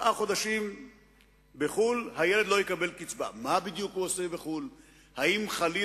מה בדיוק מצפים שהחוק הזה של הפסקת התשלום להנחות לארנונה יעשה לזקנים?